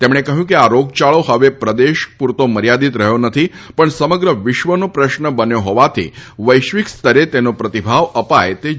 તેમણે કહ્યું કે આ રોગચાળો હવે કોઈ પ્રદેશ પુરતો મર્યાદિત રહ્યો નથી પણ સમગ્ર વિશ્વનો પ્રશ્ન બન્યો હોવાથી વૈશ્વિક સ્તરે તેનો પ્રતિભાવ અપાય તે જરૂરી છે